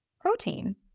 Protein